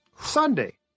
Sunday